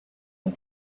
and